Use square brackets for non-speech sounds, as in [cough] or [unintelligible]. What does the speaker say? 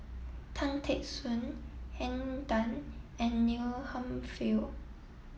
Tan Teck Soon Henn Tan and Neil [unintelligible]